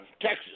Texas